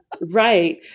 right